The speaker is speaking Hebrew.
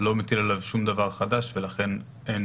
לא מטיל עליו שום דבר חדש ולכן אין